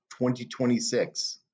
2026